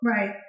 Right